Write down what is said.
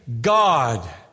God